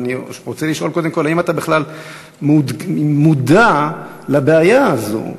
ואני רוצה לשאול קודם כול: האם אתה בכלל מודע לבעיה הזאת?